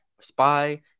spy